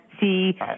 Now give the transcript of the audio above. see